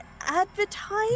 advertise